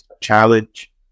challenge